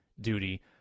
duty